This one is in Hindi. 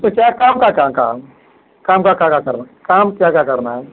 उसमें क्या काम क्या क्या काम काम क्या क्या क्या करना काम क्या क्या करना है